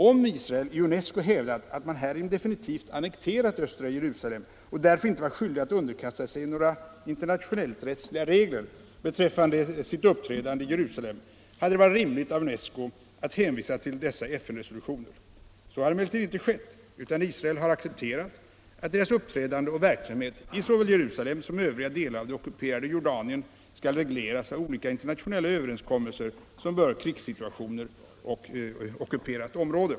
Om Israel i UNESCO hävdat att man härigenom definitivt annekterat östra Jerusalem och därför inte var skyldig att underkasta sig några internationellt rättsliga regler beträffande sitt uppträdande i Jerusalem, hade det varit rimligt av UNESCO att hänvisa till dessa FN-resolutioner. Så har emellertid inte skett, utan Israel har accepterat att dess uppträdande och verksamhet i såväl Jerusalem som övriga delar av det ockuperade Jordanien skall regleras av olika inter nationella överenskommelser som berör krigssituationer och ockuperat område.